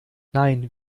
nein